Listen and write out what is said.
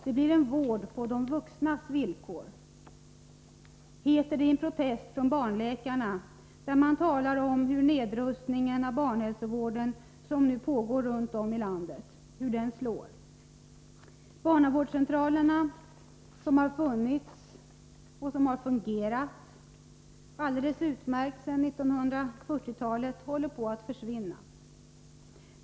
Det blir en vård på de vuxnas villkor.” Så heter det i en protest från barnläkarna, där man talar om hur den nedrustning av barnhälsovården slår som nu pågår runt om i landet. Barnavårdscentralerna, som har funnits och som har fungerat alldeles utmärkt sedan 1940-talet, håller på att försvinna.